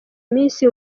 minsi